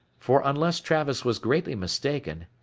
for unless travis was greatly mistaken,